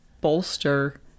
bolster